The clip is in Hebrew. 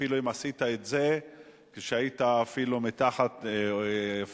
אפילו אם עשית את זה כשהיית מתחת לגיל